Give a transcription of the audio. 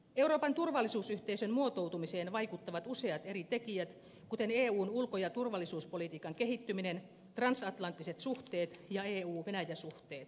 euroopan turvallisuusyhteisön muotoutumiseen vaikuttavat useat eri tekijät kuten eun ulko ja turvallisuuspolitiikan kehittyminen trans atlanttiset suhteet ja euvenäjä suhteet